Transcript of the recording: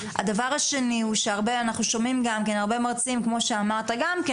הדבר השני הוא שאנחנו שומעים גם כן הרבה מרצים כמו שאמרת גם כן